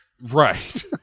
right